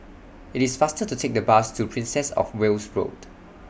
IT IS faster to Take The Bus to Princess of Wales Road